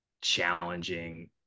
challenging